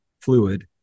fluid